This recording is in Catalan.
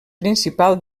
principal